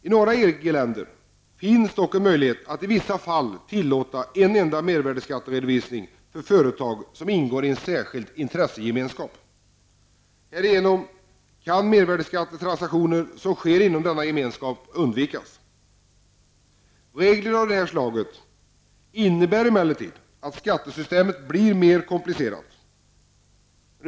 I några EG-länder finns dock en möjlighet att i vissa fall tillåta en enda mervärdeskatteredovisning för företag som ingår i en särskild intressegemenskap. Härigenom kan mervärdeskattetransaktioner som sker inom denna gemenskap undvikas. Regler av detta slag innebär emellertid att skattesystemet blir mera komplicerat.